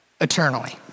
eternally